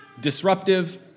disruptive